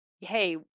Hey